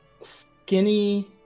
skinny